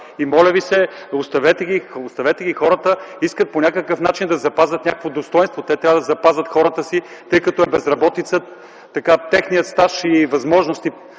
И моля Ви, оставете ги хората! Искат по някакъв начин да запазят някакво достойнство, те трябва да запазят хората си, тъй като е безработица - с техния стаж и възможности,